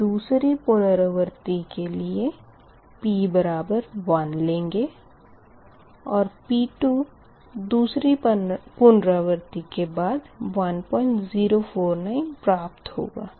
अब दूसरी पुनरावर्ती के लिए p बराबर 1 लेंगे और P2 दूसरी पुनरावर्ती के बाद 1049 प्राप्त होगा